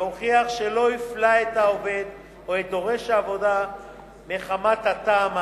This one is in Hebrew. להוכיח שלא הפלה את העובד או את דורש העבודה מחמת הטעם האסור.